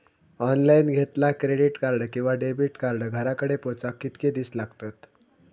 Online घेतला credit card किंवा debit card घराकडे पोचाक कितके दिस लागतत?